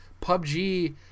PUBG